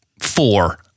four